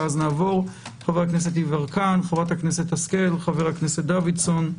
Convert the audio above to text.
חברי הכנסת יברקן, השכל, דוידסון,